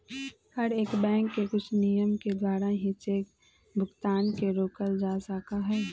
हर एक बैंक के कुछ नियम के द्वारा ही चेक भुगतान के रोकल जा सका हई